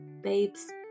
babes